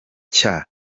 nshya